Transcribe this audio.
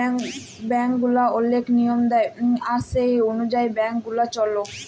bank গুলা ওলেক লিয়ম দেয় আর সে অলুযায়ী ব্যাংক গুলা চল্যে